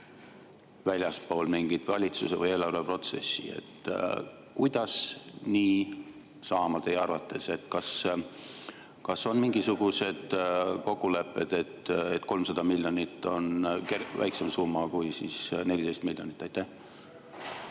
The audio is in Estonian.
väljaspool igasugust valitsuse või eelarve protsessi. Kuidas nii saab teie arvates? Kas on mingisugused kokkulepped, et 300 miljonit on väiksem summa kui 14 miljonit? Aitäh!